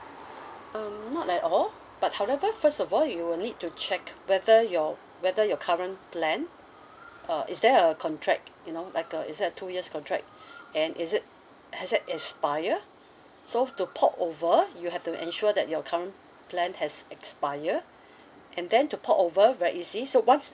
um not at all but however first of all you will need to check whether your whether your current plan uh is there a contract you know like a is there a two years contract and is it has it expire so to port over you have to ensure that your current plan has expire and then to port over very easy so once